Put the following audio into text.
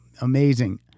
amazing